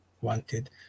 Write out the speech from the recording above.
wanted